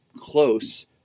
close